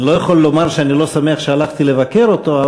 אני לא יכול לומר שאני לא שמח שהלכתי לבקר אותו,